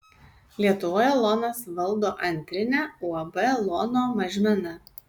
lietuvoje lonas valdo antrinę uab lono mažmena